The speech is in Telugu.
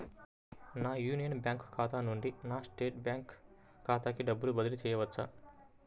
నా యూనియన్ బ్యాంక్ ఖాతా నుండి నా స్టేట్ బ్యాంకు ఖాతాకి డబ్బు బదిలి చేయవచ్చా?